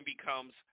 becomes